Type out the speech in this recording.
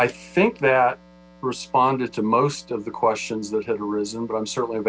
i think that responded to most of the questions that had arisen but i'm certainly